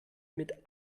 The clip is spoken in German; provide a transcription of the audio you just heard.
mit